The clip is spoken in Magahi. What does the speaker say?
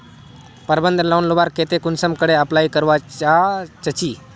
प्रबंधन लोन लुबार केते कुंसम करे अप्लाई करवा चाँ चची?